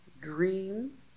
dream